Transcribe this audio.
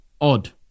odd